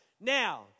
Now